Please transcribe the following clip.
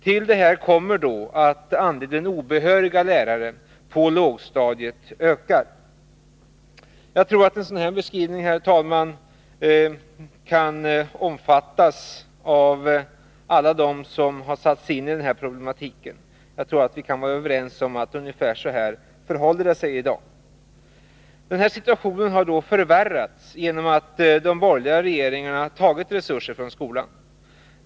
Till detta kommer också att andelen obehöriga lärare på lågstadiet ökar. Jag tror att en sådan här beskrivning, herr talman, kan omfattas av alla dem som har satt sig in i problematiken. Jag tror att vi kan vara överens om att ungefär så här förhåller det sig i dag. Situationen har förvärrats genom att de borgerliga regeringarna har tagit resurser från skolan.